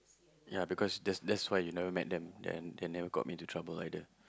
ya because that's that's why you never meet them then they never got me into trouble either